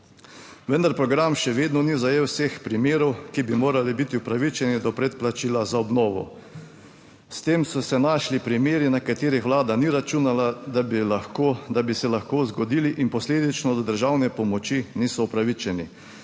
Vendar program še vedno ni zajel vseh primerov, ki bi morali biti upravičeni do predplačila za obnovo. S tem so se našli primeri, na katere Vlada ni računala, da bi lahko, da bi se lahko zgodili in posledično do državne pomoči niso upravičeni.